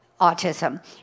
autism